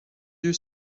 you